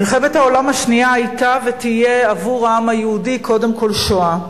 מלחמת העולם השנייה היתה ותהיה עבור העם היהודי קודם כול שואה,